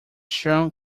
sean